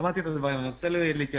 שמעתי את הדברים, אני רוצה להתייחס